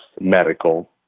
medical